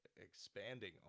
expanding